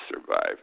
survive